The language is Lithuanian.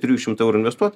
trijų šimtų eurų investuot